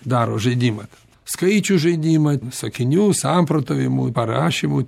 daro žaidimą tą skaičių žaidimą sakinių samprotavimų parašymų